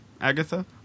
Agatha